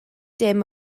dim